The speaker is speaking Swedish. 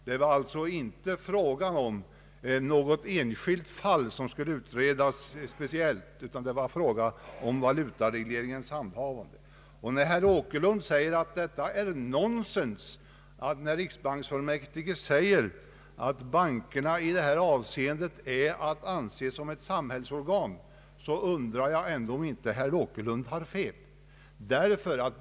Det var alltså inte fråga om något enskilt fall som skulle utredas speciellt, utan det var fråga om valutaregleringens handhavande. När herr Åkerlund förklarar att detta är nonsens, vad riksbanksfullmäktige säger att bankerna i detta avseende är att anse som ett samhällsorgan, undrar jag om inte herr Åkerlund ändå har fel.